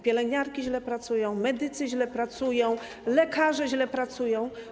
Pielęgniarki źle pracują, medycy źle pracują, lekarze źle pracują.